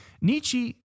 Nietzsche